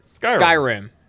Skyrim